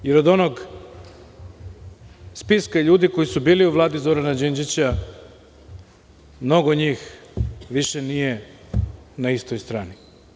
Od onog spiska ljudi koji su bili u Vladi Zorana Đinđića, mnogo njih više nije na istoj strani.